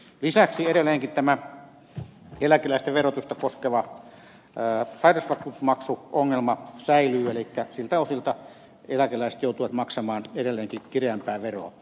lisäksi edelleenkin tämä eläkeläisten verotusta koskeva sairausvakuutusmaksuongelma säilyy elikkä siltä osilta eläkeläiset joutuvat maksamaan edelleenkin kireämpää veroa